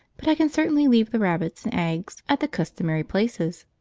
but i can certainly leave the rabbits and eggs at the customary places.